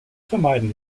vermeiden